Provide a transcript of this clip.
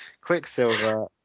Quicksilver